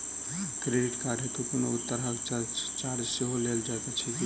Credit card हेतु कोनो तरहक चार्ज सेहो लेल जाइत अछि की?